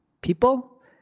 People